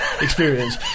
experience